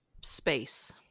space